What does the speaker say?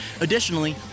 Additionally